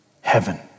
heaven